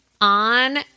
on